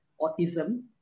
autism